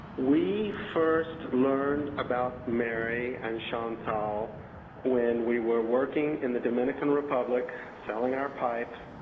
we first learned about mary and chantal when we were working in the dominican republic selling our pipes,